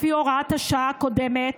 לפי הוראת השעה הקודמת,